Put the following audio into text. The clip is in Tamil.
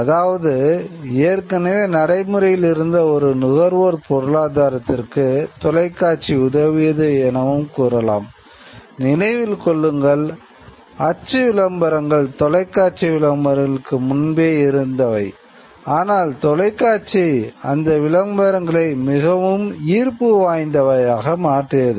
அதாவது ஏற்கனவே நடைமுறையில் இருந்த ஒரு நுகர்வோர் பொருளாதாரத்திற்கு தொலைக்காட்சி அந்த விளம்பரங்களை மிகவும் ஈர்ப்புவாய்ந்தவையாக மாற்றியது